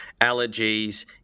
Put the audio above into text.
allergies